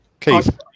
Keith